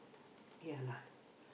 ya lah